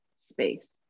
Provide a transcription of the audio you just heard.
space